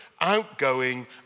outgoing